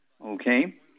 okay